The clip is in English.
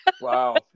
Wow